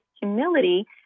humility